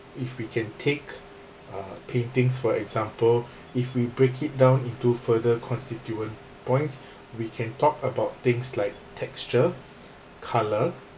if we can take uh paintings for example if we break it down into further constituent points we can talk about things like texture colour